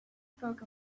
spoke